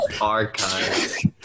Archives